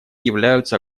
являются